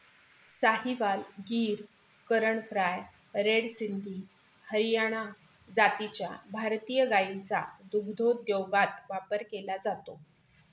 Sahiwal, Gir, Karan fries, red Sindhi, Haryana जातीच्या भारतीय गायींचा दुग्धोद्योगात वापर केला जातो